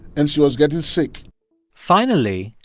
and she was getting sick finally,